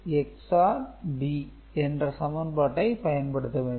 B' A⊕B என்ற சமன்பாட்டை பயன்படுத்த வேண்டும்